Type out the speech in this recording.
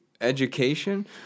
education